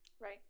Right